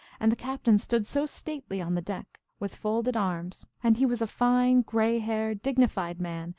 and the captain stood so stately on the deck, with folded arms, and he was a fine, gray-haired, dignified man,